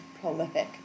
prolific